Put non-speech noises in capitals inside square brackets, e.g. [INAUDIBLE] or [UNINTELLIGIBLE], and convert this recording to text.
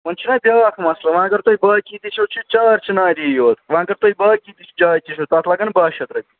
وۅنۍ چھُنا بیٛاکھ مسلہٕ وۅنۍ اگر تُہۍ باقٕے تہِ چھو چھِ چار چِناری یوت وۅنۍ اگر تُہی باقٕے تہِ [UNINTELLIGIBLE] تَتھ لگن باہ شَتھ رۄپیہِ